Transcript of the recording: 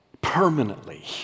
permanently